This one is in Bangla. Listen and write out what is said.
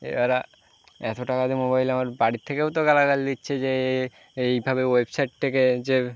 এবার এত টাকা দিয়ে মোবাইল আমার বাড়ি থেকেও তো গালাগাল দিচ্ছে যে এইভাবে ওয়েবসাইট থেকে যে